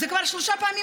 זה כבר היה שלוש פעמים.